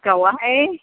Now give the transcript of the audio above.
गावाहाय